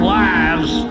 lives